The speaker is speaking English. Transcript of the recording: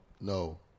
No